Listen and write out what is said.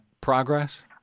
progress